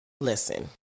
Listen